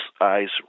eyes